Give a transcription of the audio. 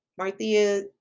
Marthea